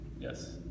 Yes